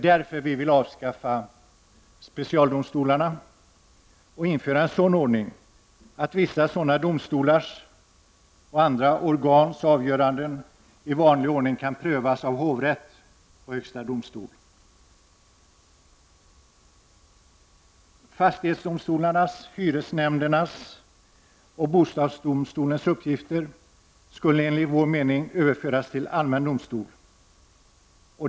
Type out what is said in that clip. Därför vill vi avskaffa specialdomstolarna och införa en ordning så att vissa sådana domstolars och andra organs avgöranden i vanlig ordning kan prövas av hovrätt och högsta domstol. Fastighetsdomstolarnas, hyresnämndernas och bostadsdomstolens uppgifter skall enligt vår mening överföras till allmänna domstolar.